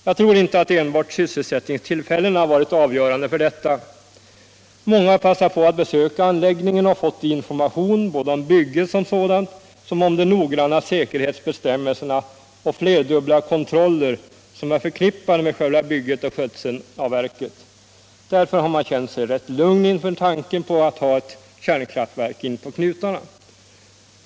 Jag tror inte att enbart sysselsättningstillfällena varit avgörande för detta. Många har passat på att besöka anläggningen och fått information om bygget som sådant och om de noggranna säkerhetsbestämmelserna och de flerdubbla kontroller som är förknippade med själva bygget och skötseln av verket. Därför har man känt sig rätt lugn inför tanken att ha ett kärnkraftverk inpå knutarna.